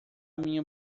minha